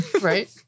right